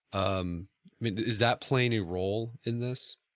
um is that playing a role in this?